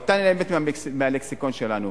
היתה נעלמת מהלקסיקון שלנו.